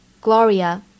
Gloria